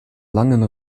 langen